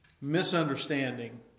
misunderstanding